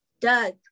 Doug